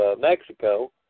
Mexico